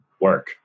work